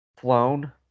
flown